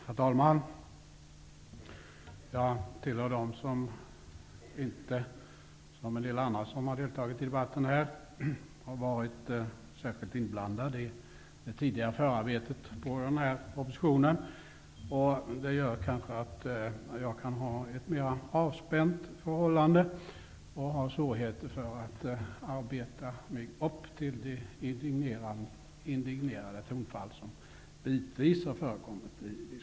Herr talman! Jag tillhör dem som inte, som en del andra som har deltagit i denna debatt, har varit särskilt inblandad i det tidigare förarbetet av den här propositionen. Det kanske gör att jag kan ha ett mera avspänt förhållande till frågan och därför har svårigheter att arbeta mig upp till de indignerade tonfall som bitvis har förekommit i diskussionen.